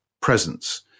presence